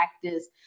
practice